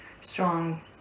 strong